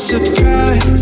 Surprise